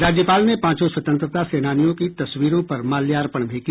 राज्यपाल ने पांचों स्वतंत्रता सेनानियों की तस्वीरों पर माल्यार्पण भी किया